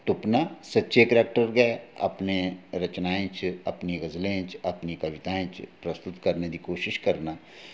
तुप्पना सच्चे करैक्टर गै अपने रचनाएं च अपनी गजलें च अपनी कविताएं च प्रस्तुत करने दी कोशिश करना